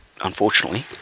unfortunately